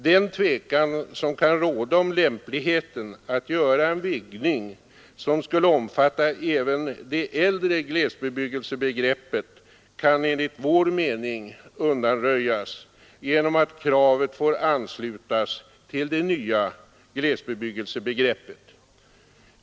Den tvekan som kan råda om lämpligheten att göra en vidgning som skulle omfatta även det äldre glesbebyggelsebegreppet kan enligt vår mening undanröjas genom att kravet får anslutas till det nya glesbebyggelsebegreppet.